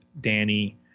Danny